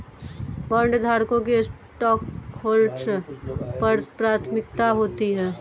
बॉन्डधारकों की स्टॉकहोल्डर्स पर प्राथमिकता होती है